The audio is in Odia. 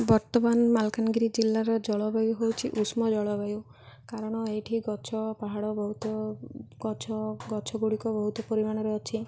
ବର୍ତ୍ତମାନ ମାଲକାନଗିରି ଜିଲ୍ଲାର ଜଳବାୟୁ ହେଉଛି ଉଷ୍ଣ ଜଳବାୟୁ କାରଣ ଏଇଠି ଗଛ ପାହାଡ଼ ବହୁତ ଗଛ ଗଛ ଗୁଡ଼ିକ ବହୁତ ପରିମାଣରେ ଅଛି